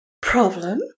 Problem